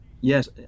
Yes